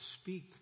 speak